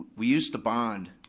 we used to bond